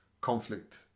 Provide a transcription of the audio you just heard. conflict